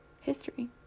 history